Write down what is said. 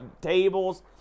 tables